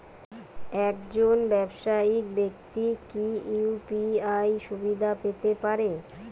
একজন ব্যাবসায়িক ব্যাক্তি কি ইউ.পি.আই সুবিধা পেতে পারে?